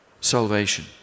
salvation